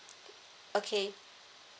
okay